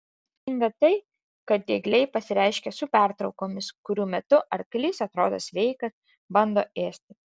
būdinga tai kad diegliai pasireiškia su pertraukomis kurių metu arklys atrodo sveikas bando ėsti